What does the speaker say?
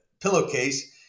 pillowcase